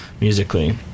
musically